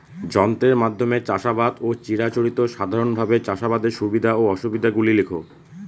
যন্ত্রের মাধ্যমে চাষাবাদ ও চিরাচরিত সাধারণভাবে চাষাবাদের সুবিধা ও অসুবিধা গুলি লেখ?